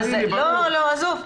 לא, עזוב.